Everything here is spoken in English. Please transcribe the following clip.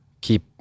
keep